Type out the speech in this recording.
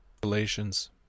Galatians